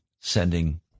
sending